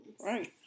Right